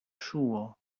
ŝuo